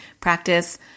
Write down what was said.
practice